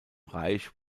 reich